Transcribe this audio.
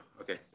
Okay